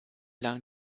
lang